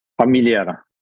familiar